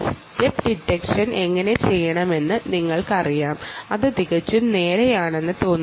step detection എങ്ങനെ ചെയ്യണമെന്ന് നിങ്ങൾക്കറിയാം അത് എളുപ്പമാണെന്ന് തോന്നുന്നു